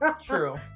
True